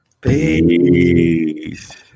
Peace